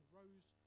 rose